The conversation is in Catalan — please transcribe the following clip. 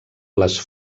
les